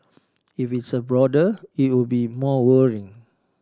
if it's a broader it would be more worrying